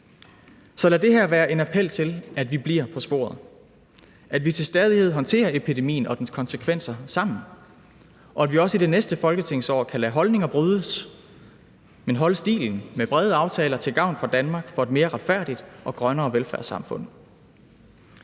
Så lad det her være en appel til, at vi bliver på sporet, at vi til stadighed håndterer epidemien og dens konsekvenser sammen, og at vi også i det næste folketingsår kan lade holdninger brydes, men holde stilen med brede aftaler til gavn for Danmark som et mere retfærdigt og grønnere velfærdssamfund.